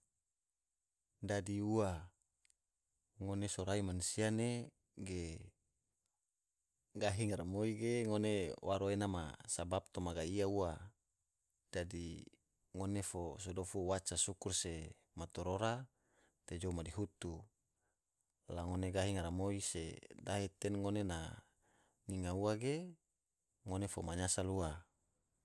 Dadi ua, ngone sorai mansia ne ge gahi ngaramoi ge waro ena ma sabab toma gai ge ua, dadi ngone fo so dofu waca sukur se matorora te jou madihutu la ngone gahi ngaramoi se dahe te ngone na nyinga ua ge ngone fo manyasal ua.